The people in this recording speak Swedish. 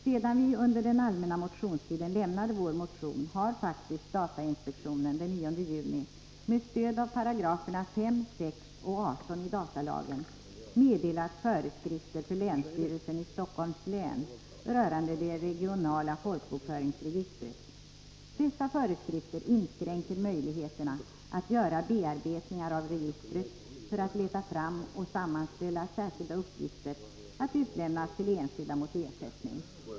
Sedan vi under den allmänna motionstiden lämnade vår motion har faktiskt datainspektionen den 9 juni med stöd av 5, 6, och 18 §§ datalagen meddelat föreskrifter för länsstyrelsen i Stockholms län rörande det regionala folkbokföringsregistret. Dessa föreskrifter inskränker möjligheterna att göra bearbetningar av registret för att leta fram och sammanställa särskilda uppgifter att utlämnas till enskilda mot ersättning.